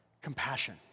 compassion